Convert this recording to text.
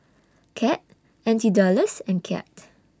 Cad N T Dollars and Kyat